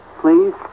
Please